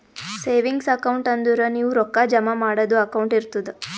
savings account ಅಂದುರ್ ನೀವು ರೊಕ್ಕಾ ಜಮಾ ಮಾಡದು ಅಕೌಂಟ್ ಇರ್ತುದ್